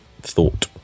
thought